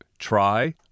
Try